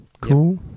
Cool